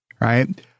Right